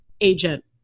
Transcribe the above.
agent